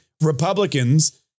Republicans